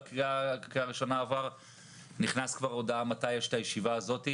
בקריאה הראשונה נכנסה כבר הודעה מתי תהיה הישיבה הזאת,